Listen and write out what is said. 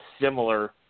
similar